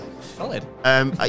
Solid